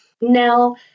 Now